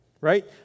right